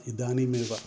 इदानीमेव